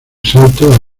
salto